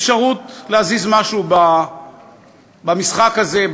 אפשרות להזיז משהו במשחק הזה,